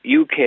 UK